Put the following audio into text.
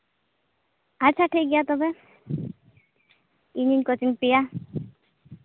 ᱟᱪᱪᱷᱟ ᱴᱷᱤᱠ ᱜᱮᱭᱟ ᱛᱚᱵᱮ ᱤᱧᱤᱧ ᱠᱳᱪᱤᱝ ᱯᱮᱭᱟ